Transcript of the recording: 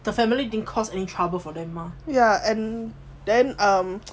the family didn't cause any trouble for them mah